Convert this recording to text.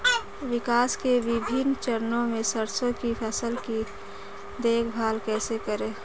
विकास के विभिन्न चरणों में सरसों की फसल की देखभाल कैसे करें?